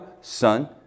Son